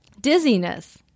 Dizziness